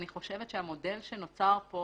אני חושבת שהמודל שנוצר פה